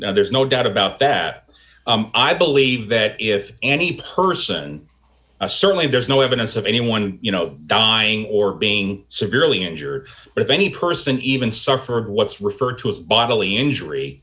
now there's no doubt about that i believe that if any person certainly there's no evidence of anyone you know dying or being severely injured if any person even suffered what's referred to as bodily